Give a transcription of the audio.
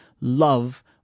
love